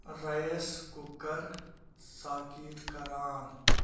rice cooker socket کر آن